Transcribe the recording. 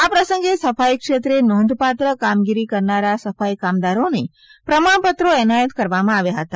આ પ્રસંગે સફાઈ ક્ષેત્રે નોંધપાત્ર કામગીરી કરનારા સફાઈ કામદારોને પ્રમાણપત્રો એનાયત કરવામાં આવ્યા હતા